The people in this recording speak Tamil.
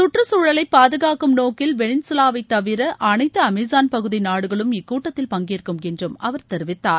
கற்றுச்சூழலை பாதுகாக்கும் நோக்கில் வெளிசுலாவை தவிர அனைத்து அமேஸான் பகுதி நாடுகளும் இக்கூட்டத்தில் பங்கேற்கும் என்று அவர் தெரிவித்தார்